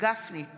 גילה גמליאל,